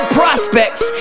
prospects